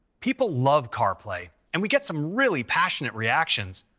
people love carplay, and we get some really passionate reactions.